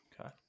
Okay